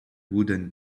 wooden